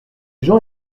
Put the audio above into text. jean